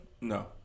No